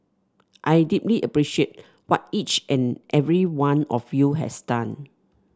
I deeply appreciate what each and every one of you has done